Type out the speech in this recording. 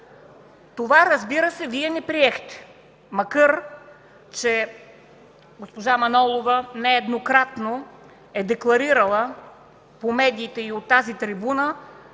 Това, разбира се, Вие не приехте, макар че госпожа Манолова нееднократно е декларирала по медиите и от тази трибуна,